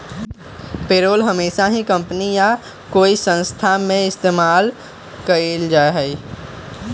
payroll हमेशा ही company या कोई संस्था में ही इस्तेमाल कइल जाहई